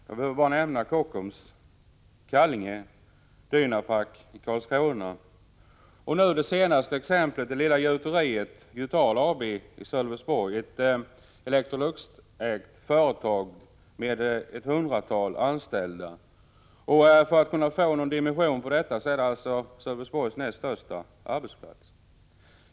Jag behöver bara nämna Kockums, Kallinge, Dynapac i Karlskrona och nu det senaste exemplet, det lilla gjuteriet Gjutal AB i Sölvesborg. Det är ett Electroluxägt företag med ett hundratal anställda, Sölvesborgs näst största arbetsplats.